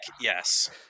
yes